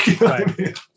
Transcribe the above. Right